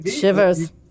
Shivers